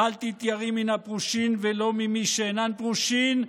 "אל תתייראי מן הפרושין ולא ממי שאינן פרושין,